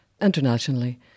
internationally